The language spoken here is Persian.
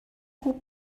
خوب